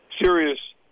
serious